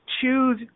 choose